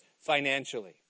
financially